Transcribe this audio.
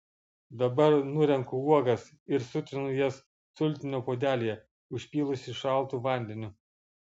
dabar nurenku uogas ir sutrinu jas sultinio puodelyje užpylusi šaltu vandeniu